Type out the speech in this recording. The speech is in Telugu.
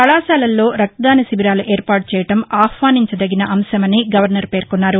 కళాశాలల్లో రక్త దాన శిబిరాలు ఏర్పాటు ఏయడం ఆహ్వానించదగిన అంశమని గవర్నర్ పేర్కొన్నారు